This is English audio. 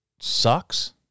sucks